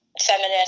feminist